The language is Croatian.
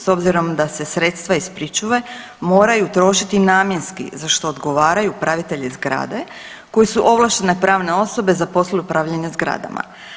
S obzirom da se sredstva iz pričuve moraju trošiti namjenski za što odgovaraju upravitelji zgrade koji su ovlaštene pravne osobe za poslove upravljanja zgradama.